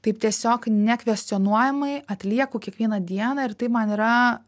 taip tiesiog nekvestionuojamai atlieku kiekvieną dieną ir tai man yra